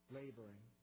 laboring